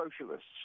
socialists